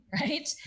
right